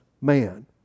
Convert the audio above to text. man